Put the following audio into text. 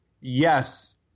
yes